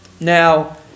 Now